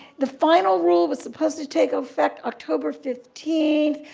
the final rule was supposed to take effect october fifteen,